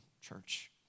church